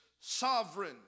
sovereign